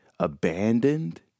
Abandoned